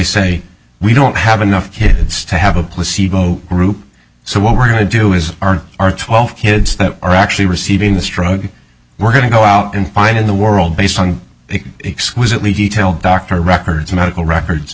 say we don't have enough kids to have a placebo group so what we're going to do is are our twelve kids that are actually receiving the stroke we're going to go out and find in the world based on exquisitely detailed doctor records medical records